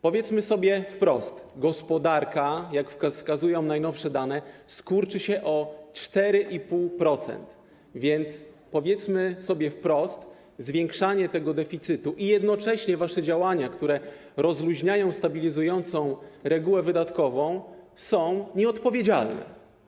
Powiedzmy sobie wprost: gospodarka, jak wskazują najnowsze dane, skurczy się o 4,5%, więc zwiększanie tego deficytu i jednocześnie wasze działania, które rozluźniają stabilizującą regułę wydatkową, są nieodpowiedzialne.